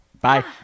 Bye